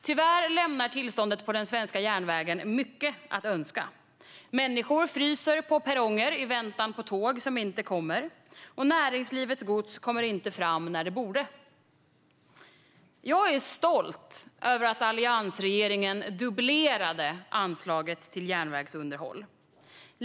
Tyvärr lämnar tillståndet på den svenska järnvägen mycket att önska. Människor fryser på perronger i väntan på tåg som inte kommer, och näringslivets gods kommer inte fram när det borde. Jag är stolt över att alliansregeringen dubblerade anslaget till järnvägsunderhåll.